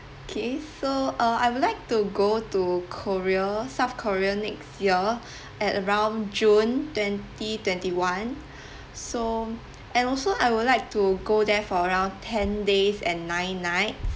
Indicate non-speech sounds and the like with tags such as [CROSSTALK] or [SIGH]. kay so uh I would like to go to korea south korea next year [BREATH] at around june twenty twenty one [BREATH] so and also I would like to go there for around ten days and nine night